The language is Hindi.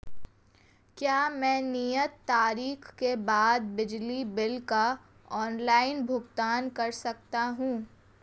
क्या मैं नियत तारीख के बाद बिजली बिल का ऑनलाइन भुगतान कर सकता हूं?